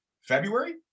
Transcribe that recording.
February